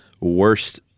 worst